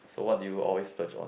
so what do you always splurge on